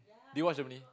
do you watch Germany